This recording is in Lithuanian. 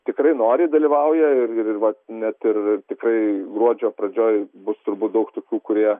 tikrai noriai dalyvauja ir ir vat net ir tikrai gruodžio pradžioj bus turbūt daug tokių kurie